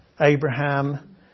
Abraham